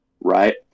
Right